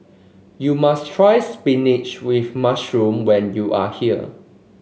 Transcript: you must try spinach with mushroom when you are here